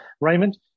Raymond